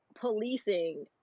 policing